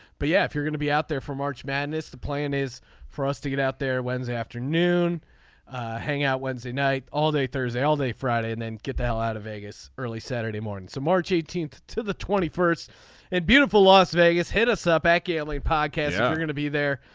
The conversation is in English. but yeah if you're gonna be out there for march madness the plan is for us to get out there wednesday afternoon hangout wednesday night all day thursday all day friday and then get the hell out of vegas early saturday morning to march eighteenth to the twenty first in beautiful las vegas hit us up at like podcast. we're gonna be there.